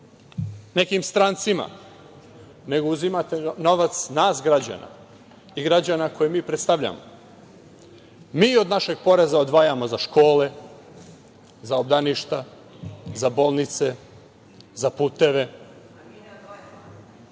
nekim strancima, nego uzimate novac od nas građana i građana koje mi predstavljamo. Mi od našeg poreza odvajamo za škole, za obdaništa, za bolnice, za puteve,